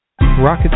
Rocket